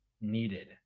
needed